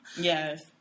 yes